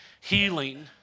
Healing